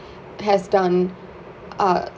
has done uh